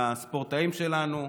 לספורטאים שלנו,